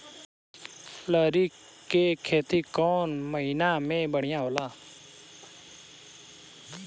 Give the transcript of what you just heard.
लहरी के खेती कौन महीना में बढ़िया होला?